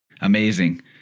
Amazing